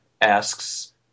asks